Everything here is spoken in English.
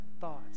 thoughts